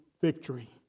victory